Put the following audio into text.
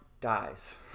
dies